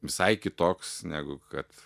visai kitoks negu kad